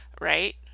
Right